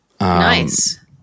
Nice